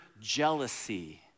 jealousy